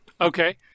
Okay